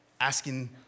asking